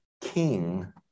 king